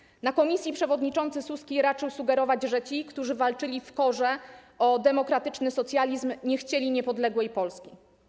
Na posiedzeniu komisji przewodniczący Suski raczył sugerować, że ci, którzy walczyli w KOR o demokratyczny socjalizm, nie chcieli niepodległej Polski.